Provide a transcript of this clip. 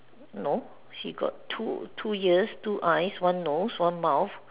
no she got two two ears two eyes one nose one mouth